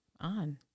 on